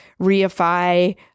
reify